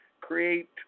create